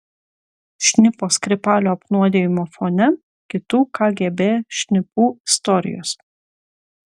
šnipo skripalio apnuodijimo fone kitų kgb šnipų istorijos